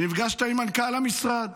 ונפגשת עם מנכ"ל המשרד.